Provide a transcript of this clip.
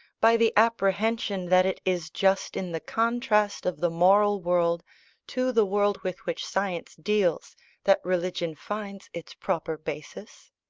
by the apprehension that it is just in the contrast of the moral world to the world with which science deals that religion finds its proper basis.